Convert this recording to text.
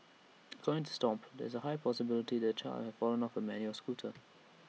according to stomp there is A high possibility that the child had fallen off her manual scooter